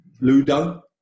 Ludo